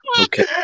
Okay